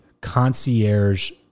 concierge